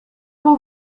był